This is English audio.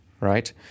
right